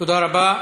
תודה רבה.